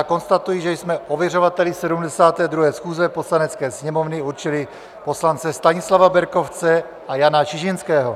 Konstatuji, že jsme ověřovateli 72. schůze Poslanecké sněmovny určili poslance Stanislava Berkovce a Jana Čižinského.